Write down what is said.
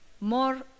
more